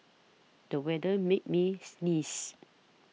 the weather made me sneeze